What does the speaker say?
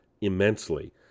immensely